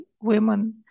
women